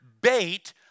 bait